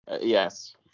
Yes